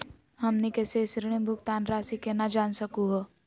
हमनी के शेष ऋण भुगतान रासी केना जान सकू हो?